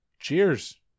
cheers